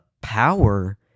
power